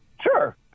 Sure